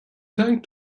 tank